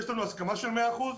אם כן, יש לנו הסכמה של 100 אחוזים,